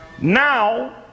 now